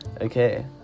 Okay